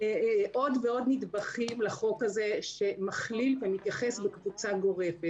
עוד ועוד נדבכים לחוק הזה שמכליל ומתייחס לקבוצה גורפת.